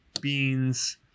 beans